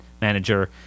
manager